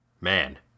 Man